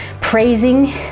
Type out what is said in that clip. praising